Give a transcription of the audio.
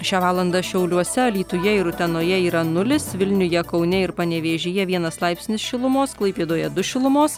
šią valandą šiauliuose alytuje ir utenoje yra nulis vilniuje kaune ir panevėžyje vienas laipsnis šilumos klaipėdoje du šilumos